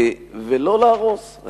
ולא להרוס.